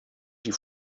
die